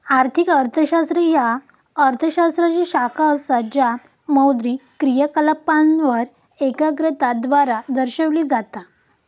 आर्थिक अर्थशास्त्र ह्या अर्थ शास्त्राची शाखा असा ज्या मौद्रिक क्रियाकलापांवर एकाग्रता द्वारा दर्शविला जाता